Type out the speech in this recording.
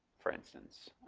for instance.